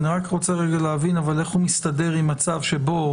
אבל אני רוצה להבין איך הוא מסתדר עם מצב שבו